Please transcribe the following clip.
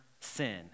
sin